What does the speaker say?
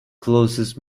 closest